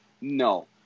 No